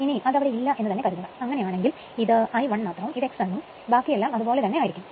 ഇനി അത് അവിടെ ഇല്ല എന്ന് തന്നെ കരുതുക അങ്ങനെ ആണെങ്കിൽ ഇത് I1 മാത്രവും ഇത് Xm ഉം ബാക്കി എല്ലാം അതുപോലെ തന്നെ ആയിരികുമലോ